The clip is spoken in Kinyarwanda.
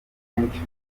benshi